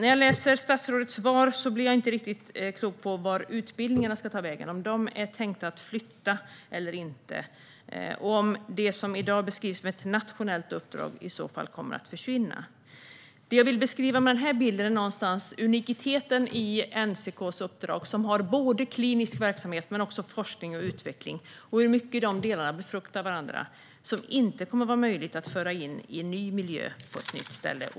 När jag läser statsrådets svar blir jag inte riktigt klok på vart utbildningarna ska ta vägen, om de är tänkta att flytta eller inte. Kommer det som i dag beskrivs som ett nationellt uppdrag att försvinna? Det jag vill beskriva med denna bild är uniciteten i NCK:s uppdrag. Det handlar om att de har klinisk verksamhet men också forskning och utveckling och om hur mycket de delarna befruktar varandra. Det kommer inte att vara möjligt att föra in det i en ny miljö på ett nytt ställe.